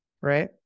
right